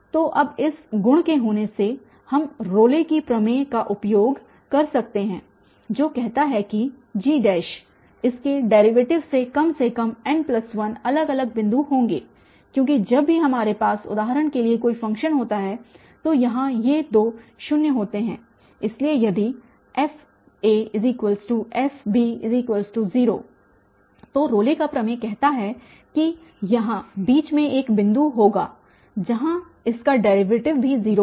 तो अब इस गुण के होने से हम रोले की प्रमेय Rolle's theorem का उपयोग कर सकते हैं जो कहता है कि G इसके डेरीवेटिव में कम से कम n1 अलग अलग बिंदु होंगे क्योंकि जब भी हमारे पास उदाहरण के लिए कोई फ़ंक्शन होता है तो यहाँ ये दो शून्य होते हैं इसलिए यदि fafb0 तो रोले का प्रमेय कहता है कि यहाँ बीच में एक बिंदू होगा जहाँ इसका डेरीवेटिव भी 0 होगा